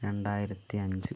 രണ്ടായിരത്തി അഞ്ച്